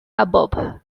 above